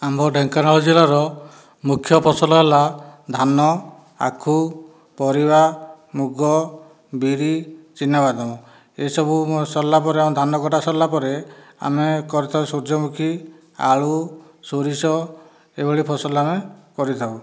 ଆମ ଢେଙ୍କାନାଳ ଜିଲ୍ଲାର ମୁଖ୍ୟ ଫସଲ ହେଲା ଧାନ ଆଖୁ ପରିବା ମୁଗ ବିରି ଚିନାବାଦାମ ଏସବୁ ସରିଲା ପରେ ଆମ ଧାନ କଟା ସରିଲା ପରେ ଆମେ କରିଥାଉ ସୂର୍ଯ୍ୟମୁଖୀ ଆଳୁ ସୋରିଷ ଏହିଭଳି ଫସଲ ଆମେ କରିଥାଉ